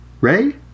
Ray